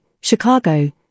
Chicago